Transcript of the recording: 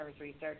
research